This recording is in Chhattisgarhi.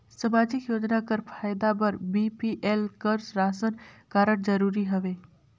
समाजिक योजना कर फायदा बर बी.पी.एल कर राशन कारड जरूरी हवे?